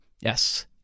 Yes